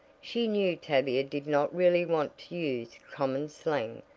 she knew tavia did not really want to use common slang,